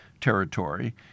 territory